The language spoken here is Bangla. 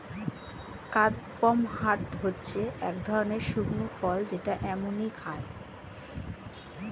কাদপমহাট হচ্ছে এক ধরণের শুকনো ফল যেটা এমনিই খায়